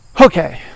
okay